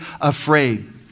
afraid